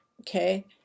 okay